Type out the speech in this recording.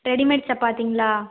readymade சப்பாத்திங்களா